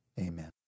amen